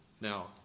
Now